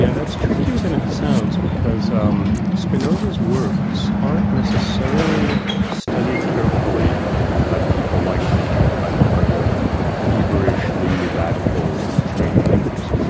and that's trickier than it sounds, because um spinoza's works aren't necessarily studied carefully by people like la mettrie, by the kind of feverish, new radical strain of thinkers.